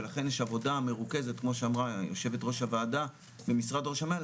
ולכן יש עבודה מרוכזת כמו שאמרה יו"ר הוועדה במשרד ראש הממשלה,